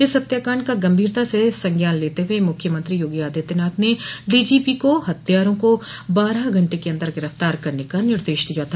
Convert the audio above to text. इस हत्याकांड का गंभीरता से संज्ञान लेते हुए मुख्यमंत्री योगी आदित्यनाथ ने डीजीपी को हत्यारों को बारह घंटे के अन्दर गिरफ्तार करने का निर्देश दिया था